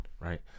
right